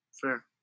Fair